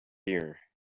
year